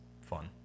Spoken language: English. fun